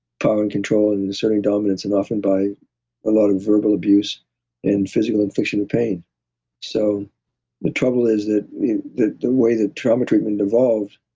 power and control, and and asserting dominance, and often by a lot of verbal abuse and physical infliction of pain so the trouble is that the the way that trauma treatment evolved,